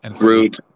Rude